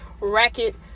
racket